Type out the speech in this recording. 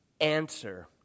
answer